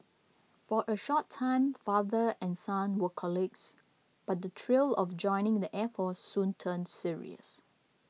for a short time father and son were colleagues but the thrill of joining the air force soon turned serious